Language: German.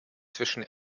zwischen